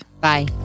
bye